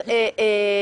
הפיצול.